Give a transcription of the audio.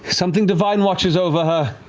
something divine watches over her,